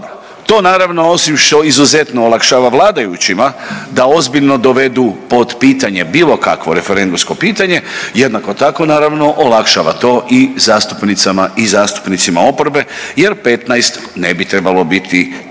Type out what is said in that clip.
to naravno osim što izuzetno olakšava vladajućima da ozbiljno dovedu pod pitanje bilo kakvo referendumsko pitanje jednako tako naravno olakšava to i zastupnicama i zastupnicima oporbe jer 15 ne bi trebalo biti teško